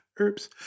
Oops